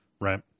Right